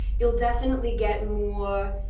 you'll definitely get more